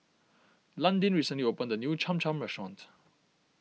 Landin recently opened a new Cham Cham restaurant